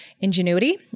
ingenuity